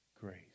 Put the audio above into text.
grace